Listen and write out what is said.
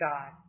God